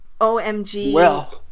OMG